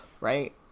right